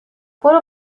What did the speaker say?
برو